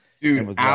Dude